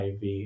IV